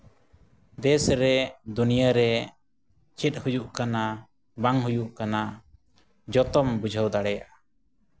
ᱫᱮᱥ ᱨᱮ ᱫᱩᱱᱤᱭᱟᱹ ᱨᱮ ᱪᱮᱫ ᱦᱩᱭᱩᱜ ᱠᱟᱱᱟ ᱵᱟᱝ ᱦᱩᱭᱩᱜ ᱠᱟᱱᱟ ᱡᱚᱛᱚᱢ ᱵᱩᱡᱷᱟᱹᱣ ᱫᱟᱲᱮᱭᱟᱜᱼᱟ